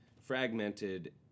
fragmented